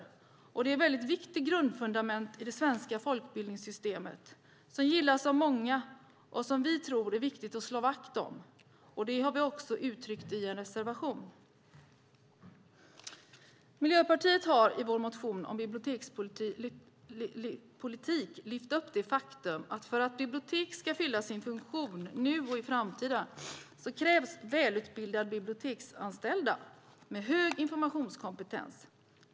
Folkbiblioteken är väldigt viktiga grundfundament i det svenska folkbildningssystemet som gillas av många och som vi tror att det är viktigt att slå vakt om. Detta har vi uttryckt i en reservation. I vår motion om bibliotekspolitiken har vi i Miljöpartiet lyft fram det faktum att för att bibliotek ska fylla sin funktion nu och i framtiden krävs det välutbildade biblioteksanställda med hög informationskompetens.